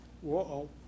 Whoa